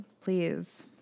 Please